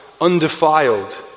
undefiled